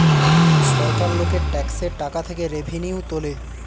সরকার লোকের ট্যাক্সের টাকা থেকে রেভিনিউ তোলে